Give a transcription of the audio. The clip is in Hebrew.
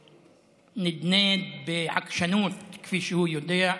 שנדנד בעקשנות כפי שהוא יודע,